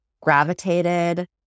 gravitated